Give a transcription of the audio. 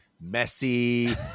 messy